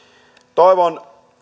toivon